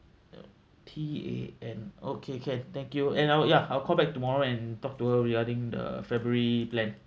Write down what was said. ya T A N okay can thank you and I will ya I'll call back tomorrow and talk to her regarding the february plan